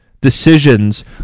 decisions